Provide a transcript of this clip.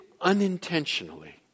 unintentionally